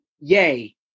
Yay